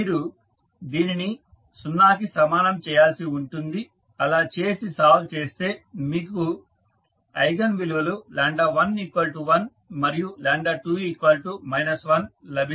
మీరు దీనిని 0 కి సమానము చేయాల్సి ఉంటుంది అలా చేసి సాల్వ్ చేస్తే మీకు ఐగన్ విలువలు 11మరియు 2 1 గా లభిస్తాయి